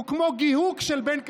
הוא כמו גיהוק של בן כספית.